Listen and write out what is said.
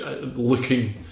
looking